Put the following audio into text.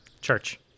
Church